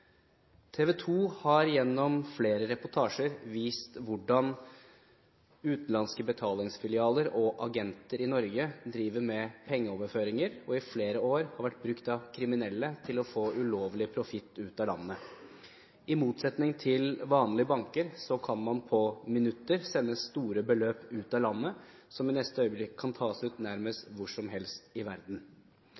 har gjennom flere reportasjer vist hvordan utenlandske betalingsfilialer og agenter i Norge driver med pengeoverføringer og i flere år har vært brukt av kriminelle til å få ulovlig profitt ut av landet. I motsetning til vanlige banker kan man på minutter sende store beløp ut av landet som i neste øyeblikk kan tas ut nærmest